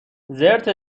زرت